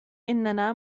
إننا